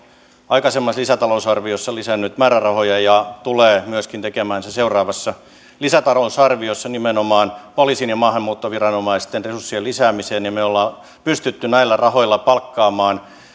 aikaisemmassa lisätalousarviossa lisännyt määrärahoja ja tulee myöskin seuraavassa lisätalousarviossa lisäämään nimenomaan poliisin ja maahanmuuttoviranomaisten resursseja me olemme pystyneet näillä rahoilla palkkaamaan